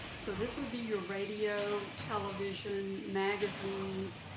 so this would be your radio, television, magazines,